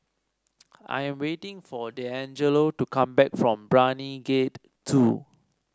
I am waiting for Deangelo to come back from Brani Gate Two